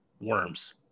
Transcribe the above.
worms